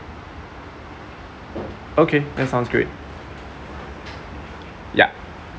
okay that sounds great ya